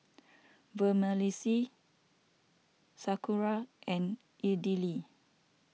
Vermicelli Sauerkraut and Idili